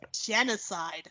Genocide